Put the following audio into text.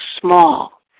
small